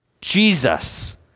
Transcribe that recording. Jesus